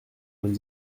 vingt